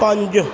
ਪੰਜ